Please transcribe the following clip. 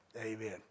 Amen